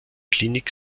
klinik